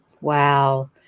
Wow